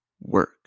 work